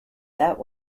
that